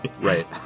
Right